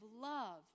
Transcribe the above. love